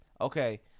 okay